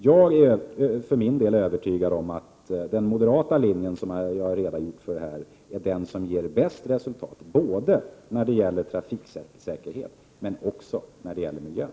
Jag är för min del övertygad om att den moderata linjen som jag talat för är den som ger bäst resultat både när det gäller trafiksäkerhet och när det gäller miljön.